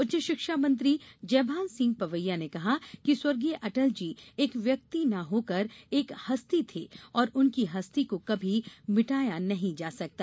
उच्च शिक्षा मंत्री जयभान सिंह पवैया ने कहा कि स्व अटल जी एक व्यक्ति न होकर एक हस्ती थे और उनकी हस्ती को कभी मिटाया नहीं जा सकता